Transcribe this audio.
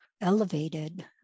elevated